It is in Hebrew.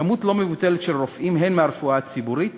כמות לא מבוטלת של רופאים, הן מהרפואה הציבורית